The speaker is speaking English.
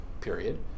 period